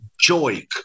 joy